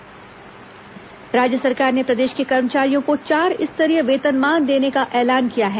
कर्मचारी वेतनमान राज्य सरकार ने प्रदेश के कर्मचारियों को चार स्तरीय वेतनमान देने का ऐलान किया है